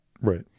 Right